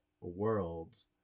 worlds